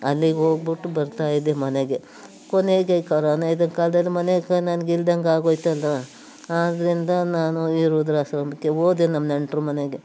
ಅಲ್ಲಿಗೆ ಹೋಗ್ಬಿಟ್ಟು ಬರ್ತಾ ಇದ್ದೆ ಮನೆಗೆ ಕೊನೆಗೆ ಕರೋನಾ ಇದ್ದ ಕಾಲ್ದಲ್ಲಿ ಮನೆಗೆ ನನ್ಗೆ ಇಲ್ಲದಂಗಾಗೊಯ್ತಂದ್ರೆ ಆಗಲಿಂದ ನಾನು ಈ ವೃದ್ಧಾಶ್ರಮಕ್ಕೆ ಹೋದೆ ನಮ್ಮ ನೆಂಟರು ಮನೆಗೆ